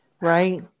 Right